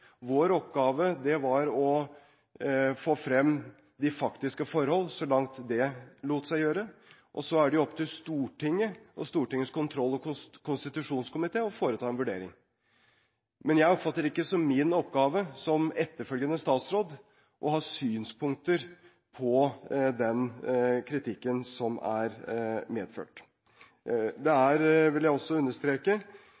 vår oppgave å gjøre. Vår oppgave var å få frem de faktiske forhold, så langt det lot seg gjøre. Så er det opp til Stortinget og Stortingets kontroll- og konstitusjonskomité å foreta en vurdering. Jeg oppfatter det ikke som min oppgave som etterfølgende statsråd å ha synspunkter på den kritikken som er fremført. Jeg verken kan eller skal – det